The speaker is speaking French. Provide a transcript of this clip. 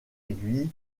aiguille